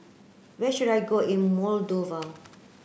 where should I go in Moldova